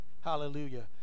Hallelujah